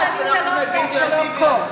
אדוני לא רוצה להיתלות באבשלום קור.